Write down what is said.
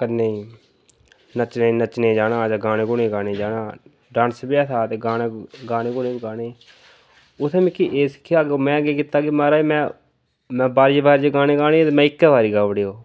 करने गी नच्चने गी नच्चने गी जाना हा ते गाने गूने गाने गी जाना हा डांस बी ऐहा हा ते गाने गाने गूने बी गाने हे उत्थें मिकी एह् सिक्खेआ हा में केह् कीता के में में बारिया बारिया गाने गाने हे ते में इक्कै बारी गाई ओड़े ओह्